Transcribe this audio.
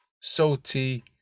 salty